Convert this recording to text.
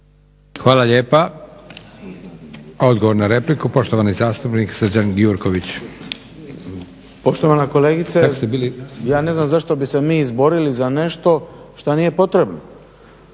Hvala lijepa. Odgovor na repliku, poštovani zastupnik Srđan Gjurković. **Gjurković, Srđan (HNS)** Poštovana kolegice ja ne znam zašto bi se mi izborili za nešto što nije potrebno.